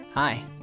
Hi